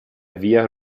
via